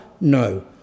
No